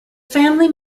family